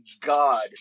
God